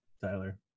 Tyler